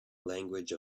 language